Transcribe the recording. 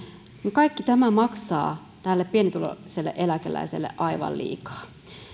kaikki tämä maksaa tälle pienituloiselle eläkeläiselle aivan liikaa